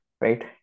right